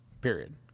Period